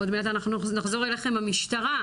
אנחנו נחזור אליכם למשטרה,